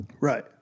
Right